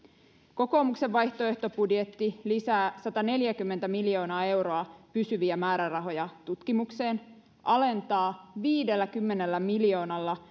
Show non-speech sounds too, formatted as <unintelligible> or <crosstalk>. kokoomuksen vaihtoehtobudjetti lisää sataneljäkymmentä miljoonaa euroa pysyviä määrärahoja tutkimukseen alentaa viidelläkymmenellä miljoonalla <unintelligible>